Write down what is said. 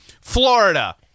Florida